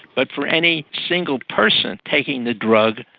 but for any single person taking the drug,